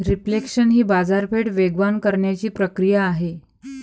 reflation ही बाजारपेठ वेगवान करण्याची प्रक्रिया आहे